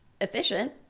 efficient